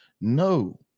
no